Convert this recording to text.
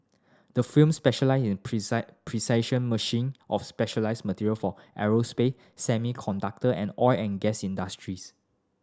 the firm specialise in precise precision machine of specialised material for aerospace semiconductor and oil and gas industries